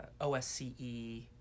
OSCE